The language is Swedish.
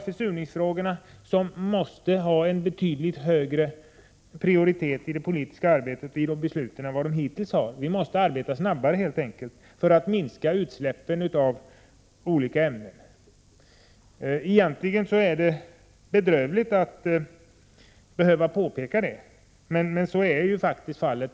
Försurningsfrågorna måste få betydligt större prioritet i det politiska arbetet och de politiska besluten än vad de hittills haft. Vi måste helt enkelt arbeta snabbare för att minska utsläppen av olika ämnen. Egentligen är det bedrövligt att man skall behöva påpeka detta.